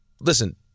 listen